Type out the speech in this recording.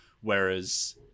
Whereas